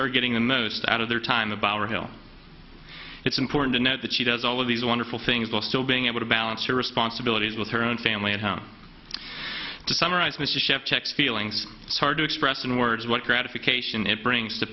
are getting the most out of their time about real it's important to note that she does all of these wonderful things while still being able to balance your responsibilities with her own family at home to summarize mrs jepps checks feelings it's hard to express in words what gratification it brings t